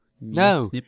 No